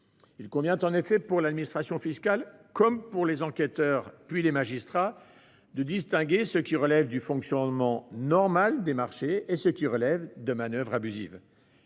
Il convient en effet, pour l'administration fiscale comme pour les enquêteurs, puis les magistrats, de distinguer ce qui relève du fonctionnement normal des marchés de ce qui relève de manoeuvres abusives.